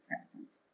present